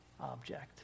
object